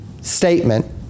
statement